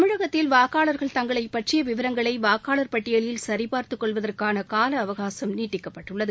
தமிழகத்தில் வாக்காளர்கள் தங்களைப் பற்றியவிவரங்களைவாக்காளர் பட்டியலில் சரிபார்த்துக் கொள்வதற்கானகாலஅவகாசம் நீட்டிக்கப்பட்டுள்ளது